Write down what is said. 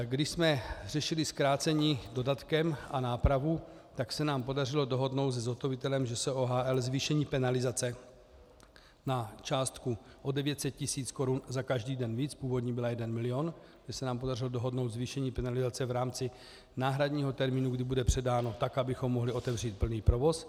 Když jsme řešili zkrácení dodatkem a nápravu, tak se nám podařilo dohodnout se zhotovitelem ŽS OHL zvýšení penalizace na částku o 900 tis. korun za každý den víc, původní byla jeden milion, že se nám podařilo dohodnout zvýšení penalizace v rámci náhradního termínu, kdy bude předáno tak, abychom mohli otevřít plný provoz.